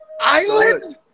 Island